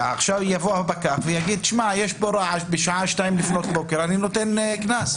ואז הפקח יוכל לבוא ולהגיד שיש רעש בשתיים לפנות בוקר והוא ייתן קנס.